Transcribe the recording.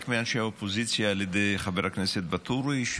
מאנשי האופוזיציה על ידי חבר הכנסת ואטורי,